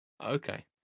okay